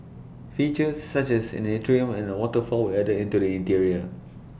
features such as an atrium and waterfall were added into the interior